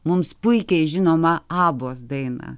mums puikiai žinomą abos dainą